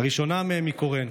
"הראשונה מהן היא קורן,